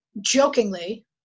jokingly